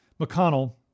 McConnell